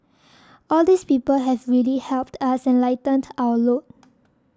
all these people have really helped us and lightened our load